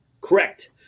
Correct